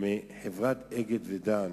מחברת "אגד" ומחברת "דן"